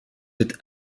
êtes